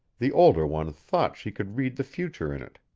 the older one thought she could read the future in it,